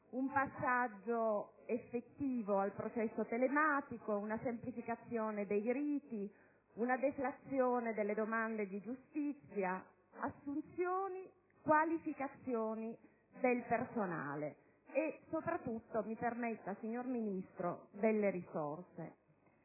un passaggio effettivo al processo telematico, una semplificazione dei riti, una deflazione delle domande di giustizia, assunzioni, qualificazione del personale e, soprattutto - mi sia consentito, signor Ministro - delle risorse.